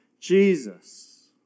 Jesus